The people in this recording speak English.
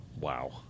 Wow